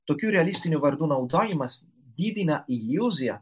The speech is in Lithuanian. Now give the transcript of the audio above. tokių realistinių vardų naudojimas didina iliuziją